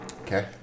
Okay